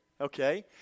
Okay